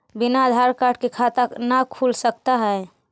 बिना आधार कार्ड के खाता न खुल सकता है?